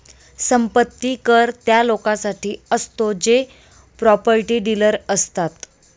संपत्ती कर त्या लोकांसाठी असतो जे प्रॉपर्टी डीलर असतात